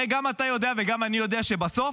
הרי גם אתה יודע וגם אני יודע שבסוף